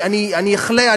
אני אחלה,